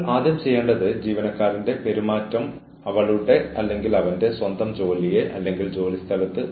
നിങ്ങൾ നിരവധി ഘട്ടങ്ങളിലൂടെ കടന്നുപോകുന്നു